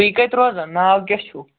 تُہۍ کَتہِ روزان ناو کیٛاہ چھُو